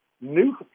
new